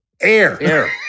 Air